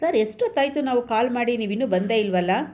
sir ಎಷ್ಟೊತ್ತಾಯ್ತು ನಾವು call ಮಾಡಿ ನೀವಿನ್ನೂ ಬಂದೇ ಇಲ್ಲವಲ್ಲ